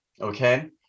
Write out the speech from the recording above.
okay